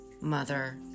mother